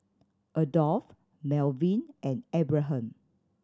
Adolph Melvyn and Abraham